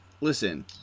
Listen